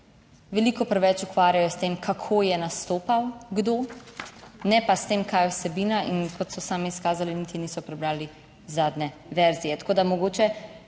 veliko preveč ukvarjajo s tem, kako je nastopal kdo, ne pa s tem, kaj je vsebina in kot so sami izkazali, niti niso prebrali zadnje verzije. Tako, da mogoče